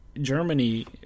Germany